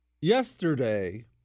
yesterday